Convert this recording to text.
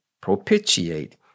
propitiate